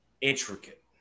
intricate